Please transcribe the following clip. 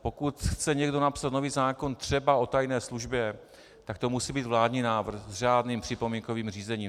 Pokud chce někdo napsat nový zákon třeba o tajné službě, tak to musí být vládní návrh s řádným připomínkovým řízením.